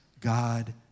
God